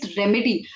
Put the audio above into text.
remedy